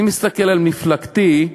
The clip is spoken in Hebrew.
אני מסתכל על מפלגתי,